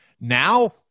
Now